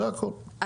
זה הכל,